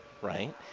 right